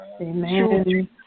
Amen